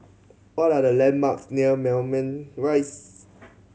what are the landmarks near Moulmein Rise